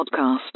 podcast